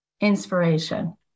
Inspiration